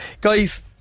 guys